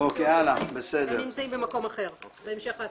הם נמצאים במקום אחר בהמשך ההצעה.